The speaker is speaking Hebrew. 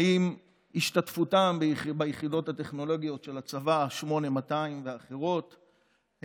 האם השתתפותם ביחידות הטכנולוגיות של הצבא 8200 ואחרות,